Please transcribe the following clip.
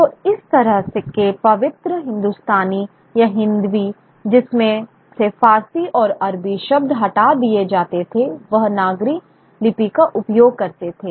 तो इस तरह के पवित्र हिंदुस्तानी या हिंदवी जिसमें से फ़ारसी और अरबी शब्द हटा दिए जाते थे वह नागरी लिपि का उपयोग करते थे